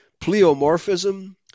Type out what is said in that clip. pleomorphism